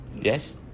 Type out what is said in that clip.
Yes